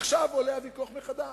עכשיו עולה הוויכוח מחדש,